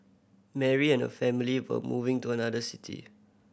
Mary and her family were moving to another city